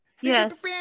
Yes